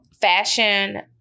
fashion